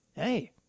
hey